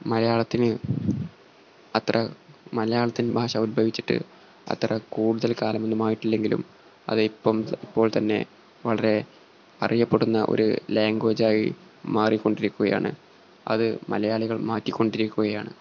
മലയാളത്തിന് അത്ര മലയാളത്തിന് ഭാഷ ഉത്ഭവിച്ചിട്ട് അത്ര കൂടുതൽ കാലമൊന്നുമായിട്ടില്ലെങ്കിലും അത് ഇപ്പം ഇപ്പോൾ തന്നെ വളരെ അറിയപ്പെടുന്ന ഒരു ലാംഗ്വേജായി മാറിക്കൊണ്ടിരിക്കുകയാണ് അത് മലയാളികൾ മാറ്റിക്കൊണ്ടിരിക്കുകയാണ്